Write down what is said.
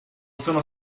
sono